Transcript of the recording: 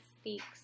speaks